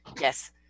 Yes